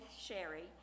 Sherry